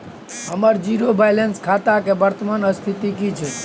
हमर zero balance खाता के वर्तमान स्थिति की छै?